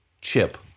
chip